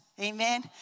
amen